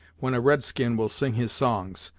when a red-skin will sing his songs,